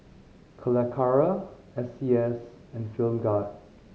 Calacara S C S and Film God